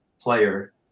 Player